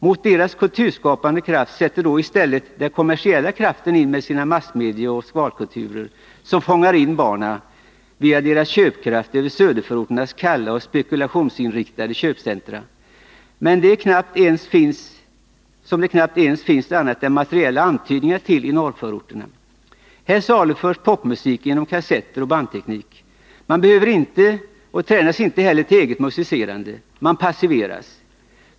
Mot deras kulturskapande kraft sätter då i stället den kommersiella kraften in med sin massmediaoch skvalkultur, som fångar in barnen via deras köpkraft i söderförorternas kalla och spekulationsinriktade köpcentra, som det knappt ens finns annat än materiella antydningar till i norrförorterna. I dessa köpcentra saluförs popmusiken genom kassetter och bandteknik. Söderförorternas barn efterfrågar inte och tränas inte heller till eget musicerande. Man passiveras.